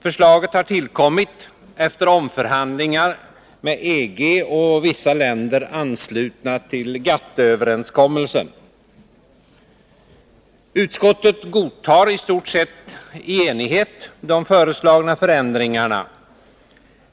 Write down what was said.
Förslaget har tillkommit efter omförhandlingar Utskottet godtar i stort sett i enighet de föreslagna förändringarna.